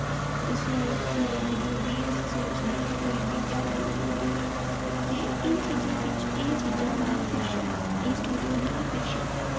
सूरज सूरज जो बी अस सोचने आं कोई बी जादू जूदू एह् चीज़ां बिच्च एह् चीजां होंदियां फिक्श न एह् स्टोरियां होंदियां न फिक्शन